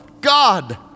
God